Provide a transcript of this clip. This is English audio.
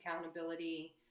accountability